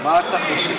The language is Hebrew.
מה אתה חושב?